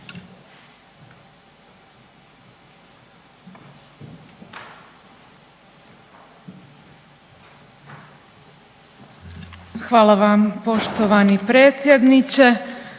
Hvala vam poštovani potpredsjedniče.